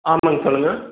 ஆமாங்க சொல்லுங்கள்